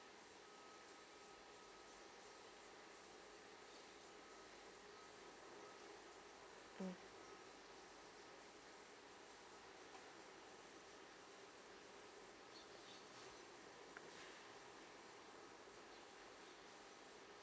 mm